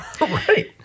right